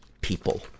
people